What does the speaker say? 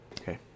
Okay